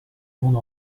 monde